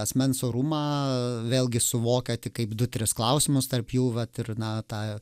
asmens orumą vėlgi suvokia tik kaip du tris klausimus tarp jų vat ir na tą